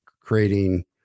creating